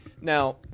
Now